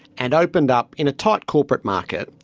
and opened up, in a tight corporate market,